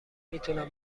میتونم